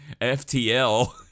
FTL